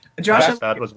Josh